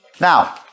Now